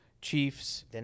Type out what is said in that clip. Chiefs